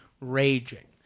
raging